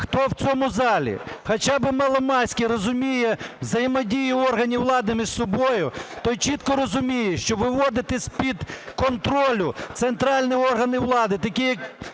хто в цьому залі хоча би мало-мальськи розуміє взаємодію органів влади між собою, той чітко розуміє, що виводити з під контролю центральні органи влади такі, як